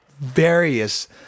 various